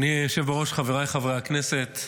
אדוני היושב בראש, חבריי חברי הכנסת,